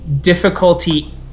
Difficulty